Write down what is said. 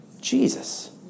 Jesus